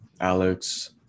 alex